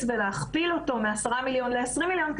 ולהכפיל אותו מעשרה מיליון ל-20 מיליון,